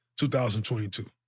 2022